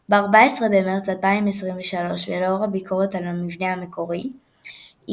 מספר המשחקים יגדל מ-64